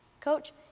Coach